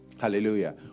Hallelujah